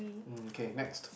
mm K next